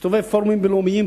תסתובב בפורומים בין-לאומיים,